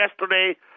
yesterday